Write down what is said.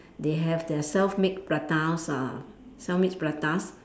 they have their self made pratas uh self made pratas